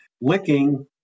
licking